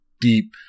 deep